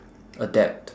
adapt